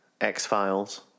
X-Files